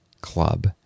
club